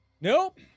Nope